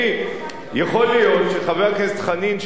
יכול להיות שחבר הכנסת חנין,